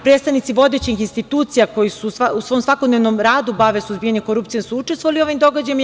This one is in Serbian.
Predstavnici vodećih institucija koji su u svom svakodnevnom radom se bave suzbijanjem korupcije su učestvovali u ovim događajima.